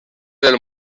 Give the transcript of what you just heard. del